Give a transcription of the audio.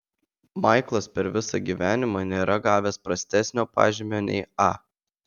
maiklas per visą gyvenimą nėra gavęs prastesnio pažymio nei a